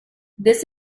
this